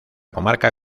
comarca